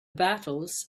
battles